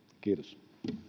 kiitos